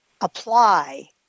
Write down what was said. apply